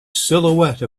silhouette